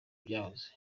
byahoze